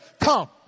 come